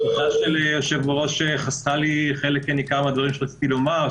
הדברים של היושב-ראש חסכו לי חלק ניכר מהדברים שרציתי לומר,